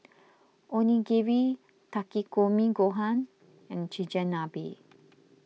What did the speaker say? Onigiri Takikomi Gohan and Chigenabe